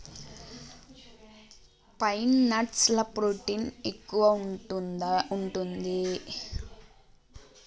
pine nuts ల protein ఎక్కువు ఉంటది